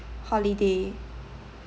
holiday